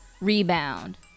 rebound